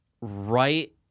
Right